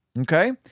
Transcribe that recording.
Okay